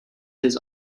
his